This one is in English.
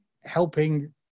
helping